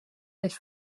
les